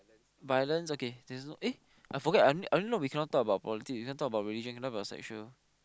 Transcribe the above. violence okay there's no eh I forget I only I only know we cannot talk about politic cannot talk about religion cannot talk about sexual